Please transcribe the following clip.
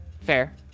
Fair